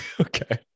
Okay